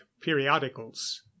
periodicals